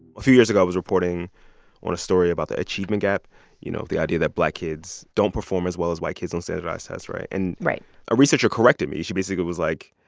a few years ago, i was reporting on a story about the achievement gap you know, the idea that black kids don't perform as well as white kids on standardized tests, right? and right and a researcher corrected me. she basically was like,